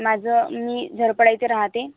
माझं मी झरपडा इथे राहते